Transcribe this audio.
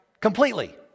Completely